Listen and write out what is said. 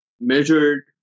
measured